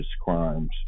crimes